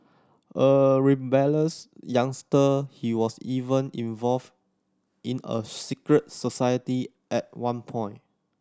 a rebellious youngster he was even involved in a secret society at one point